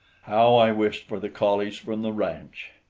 how i wished for the collies from the ranch!